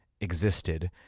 existed